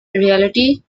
reality